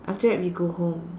after that we go home